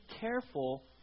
careful